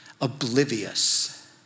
oblivious